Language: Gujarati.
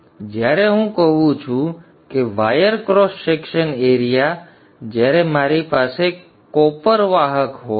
તેથી જ્યારે હું કહું છું કે વાયર ક્રોસ સેક્શન એરિયા જ્યારે મારી પાસે કોપર વાહક હોય છે